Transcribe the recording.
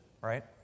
right